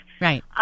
Right